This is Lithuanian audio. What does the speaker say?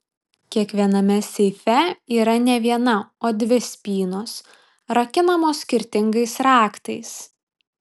kiekviename seife yra ne viena o dvi spynos rakinamos skirtingais raktais